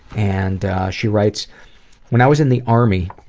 and she writes when i was in the army,